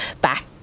back